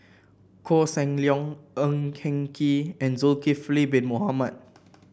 Koh Seng Leong Ng Eng Kee and Zulkifli Bin Mohamed